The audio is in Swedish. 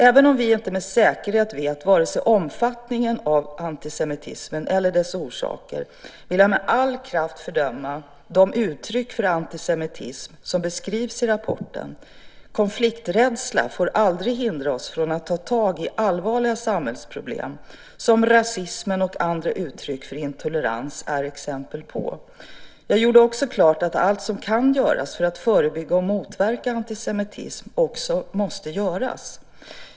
Även om vi inte med säkerhet vet vare sig omfattningen av denna antisemitism eller dess orsaker, vill jag med all kraft fördöma de uttryck för antisemitism som beskrivs i rapporten. Konflikträdsla får aldrig hindra oss från att ta tag i allvarliga samhällsproblem som rasism och andra uttryck för intolerans är exempel på. Jag gjorde också klart att allt som kan göras för att förebygga och motverka antisemitism måste göras.